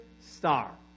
star